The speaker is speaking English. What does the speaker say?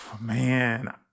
Man